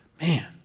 man